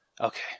Okay